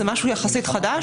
זה משהו יחסית חדש,